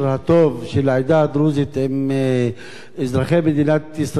העדה הדרוזית עם אזרחי מדינת ישראל היהודים,